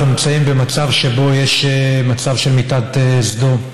אנחנו נמצאים במצב שבו יש מיטת סדום.